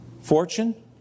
fortune